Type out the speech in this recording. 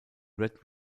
red